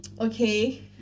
Okay